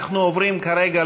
אנחנו עוברים כרגע,